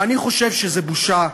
ואני חושב שזו בושה,